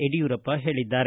ಯಡಿಯೂರಪ್ಪ ಹೇಳಿದ್ದಾರೆ